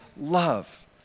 love